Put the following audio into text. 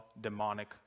demonic